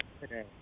today